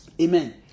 Amen